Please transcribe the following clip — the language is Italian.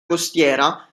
costiera